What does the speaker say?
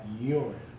urine